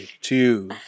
two